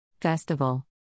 Festival